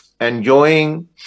enjoying